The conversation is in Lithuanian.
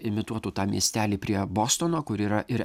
imituotų tą miestelį prie bostono kur yra ir